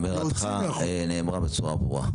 תודה, הבהרתך נאמרה בצורה ברורה.